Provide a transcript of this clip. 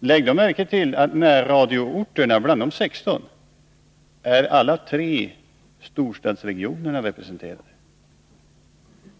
Lägg märke till att bland de 16 närradioorterna är alla tre storstadsregionerna representerade,